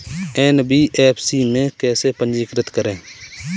NBFC में कैसे पंजीकृत करें?